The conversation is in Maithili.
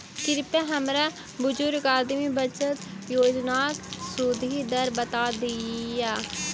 कृपया हमरा बुजुर्ग आदमी बचत योजनाक सुदि दर बता दियऽ